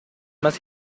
más